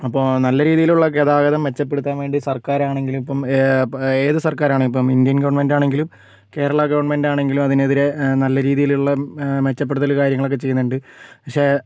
അപ്പോൾ നല്ല രീതിയിലുള്ള ഗതാഗതം മെച്ചപ്പെടുത്താൻ വേണ്ടി സർക്കാരാണെങ്കിലും ഇപ്പോൾ ഏത് സർക്കാരാണെങ്കിലും ഇപ്പോൾ ഇന്ത്യൻ ഗവൺമെൻ്റാണെങ്കിലും കേരള ഗവൺമെൻ്റാണെങ്കിലും അതിനെതിരെ നല്ല രീതിയിലുള്ള മെച്ചപ്പെടുത്തൽ കാര്യങ്ങളൊക്കെ ചെയ്യുന്നുണ്ട് പക്ഷേ